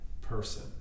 person